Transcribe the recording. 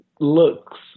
looks